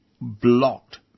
blocked